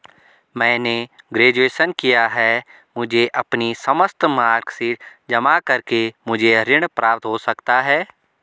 मैंने ग्रेजुएशन किया है मुझे अपनी समस्त मार्कशीट जमा करके मुझे ऋण प्राप्त हो सकता है?